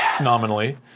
Nominally